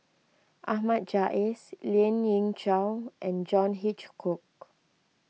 Ahmad Jais Lien Ying Chow and John Hitchcock